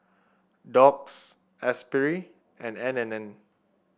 Doux Espirit and N and N